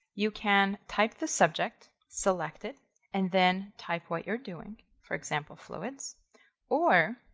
you can type the subject, select it and then type what you're doing. for example, fluids or